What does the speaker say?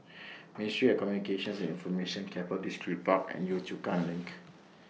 Ministry of Communications and Information Keppel Distripark and Yio Chu Kang LINK